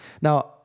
Now